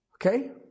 Okay